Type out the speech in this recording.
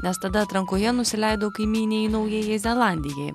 nes tada atrankoje nusileido kaimynei naujajai zelandijai